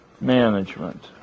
management